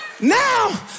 Now